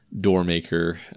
Doormaker